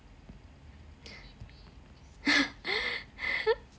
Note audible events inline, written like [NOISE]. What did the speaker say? [LAUGHS]